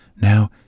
Now